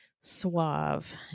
suave